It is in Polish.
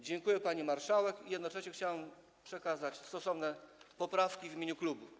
Dziękuję, pani marszałek, i jednocześnie chciałem przekazać stosowne poprawki w imieniu klubu.